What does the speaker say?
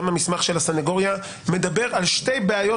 גם המסמך של הסניגוריה מדבר על שתי בעיות